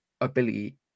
ability